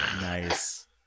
Nice